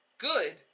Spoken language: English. Good